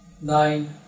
nine